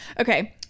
Okay